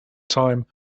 time